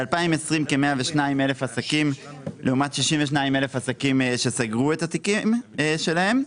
ב-2020 כ-102,000 עסקים נפתחו לעומת 62,000 עסקים שסגרו את התיקים שלהם.